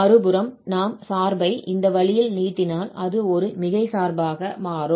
மறுபுறம் நாம் சார்பை இந்த வழியில் நீட்டினால் அது ஒரு மிகை சார்பாக மாறும்